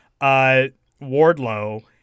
Wardlow